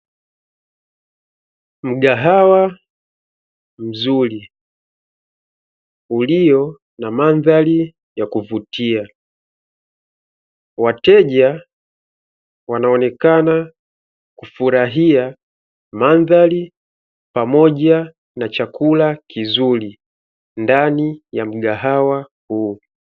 Mgahawa mzuri ulio na mandhari ya kuvutia wateja wanaonekana kufurahia chakula